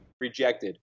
Rejected